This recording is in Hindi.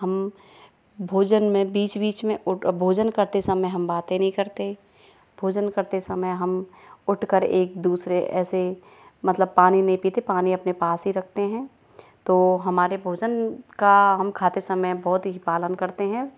हम भोजन में बीच बीच मे उठ भोजन करते समय हम बातें नहीं करते भोजन करते समय हम उठ कर एक दूसरे ऐसे मतलब पानी नही पीते पानी अपने पास ही रखते है तो हमारे भोजन का हम खाते समय बहुत ही पालन करते है